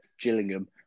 Gillingham